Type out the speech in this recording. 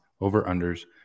over-unders